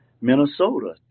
Minnesota